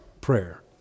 prayer